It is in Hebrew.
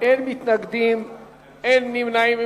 אין מתנגדים ואין נמנעים.